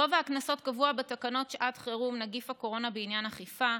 גובה הקנסות קבוע בתקנות שעת חירום נגיף הקורונה בעניין אכיפה.